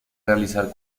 realizar